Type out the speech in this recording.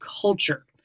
culture